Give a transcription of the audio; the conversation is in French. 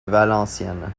valenciennes